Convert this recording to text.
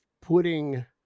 putting